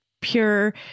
pure